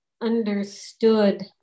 understood